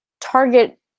target